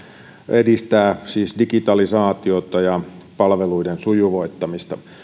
edistää siis digitalisaatiota ja palveluiden sujuvoittamista